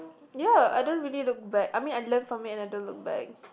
ya I don't really look back I mean I learn from it and I don't look back